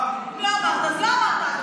מה הבושה להגיד "לא אמרתי"?